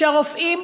שהרופאים,